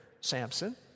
Samson